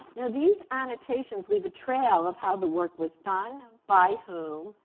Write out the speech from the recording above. now these annotations leave a trail of how the work was done, by whom,